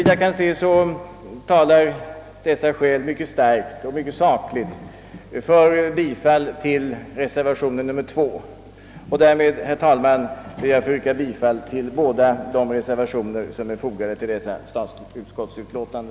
Dessa skäl talar mycket starkt och mycket sakligt för bifall till reservation nr 2. Herr talman! Jag ber att få yrka bifall till båda de reservationer som är fogade till statsutskottets utlåtande.